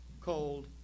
cold